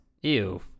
Ew